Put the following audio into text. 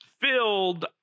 filled